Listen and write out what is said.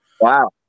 Wow